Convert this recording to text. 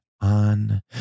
on